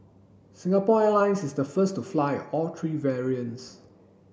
Singapore Airlines is the first to fly all three variants